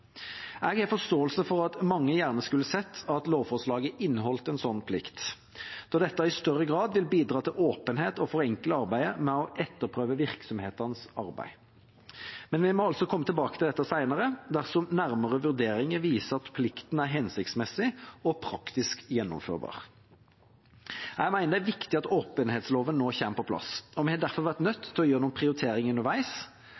Jeg har forståelse for at mange gjerne skulle sett at lovforslaget inneholdt en slik plikt, da dette i større grad vil bidra til åpenhet og forenkle arbeidet med å etterprøve virksomhetenes arbeid. Men vi må altså komme tilbake til dette senere, dersom nærmere vurderinger viser at plikten er hensiktsmessig og praktisk gjennomførbar. Jeg mener det er viktig at åpenhetsloven nå kommer på plass, og vi har derfor vært